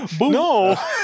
No